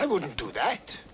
i would have to act